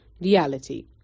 reality